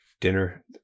dinner